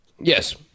yes